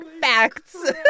facts